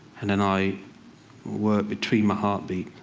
and then i work between my heartbeat,